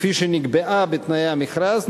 כפי שנקבעה בתנאי המכרז,